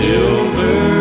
Silver